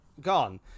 gone